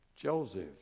Joseph